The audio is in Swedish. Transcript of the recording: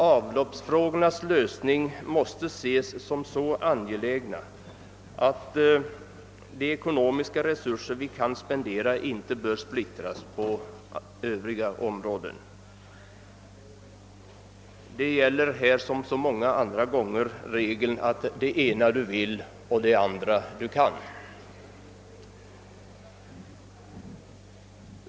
Avloppsfrågornas lösning måste ses som så angelägen att de ekonomiska resurser vi kan spendera inte bör splittras på övriga områden. Härvidlag vill jag travestera en gammal regel och säga: Det ena du vill, det andra du kan.